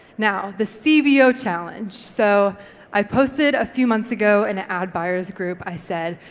now the cbo challenge. so i posted a few months ago in an ad buyers group. i said,